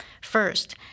First